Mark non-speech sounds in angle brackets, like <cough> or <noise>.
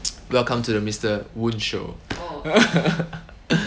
welcome to the mister woon show <laughs>